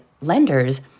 lenders